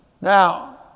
Now